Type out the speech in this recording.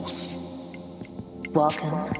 Welcome